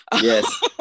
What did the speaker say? Yes